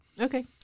Okay